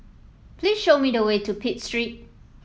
please show me the way to Pitt Street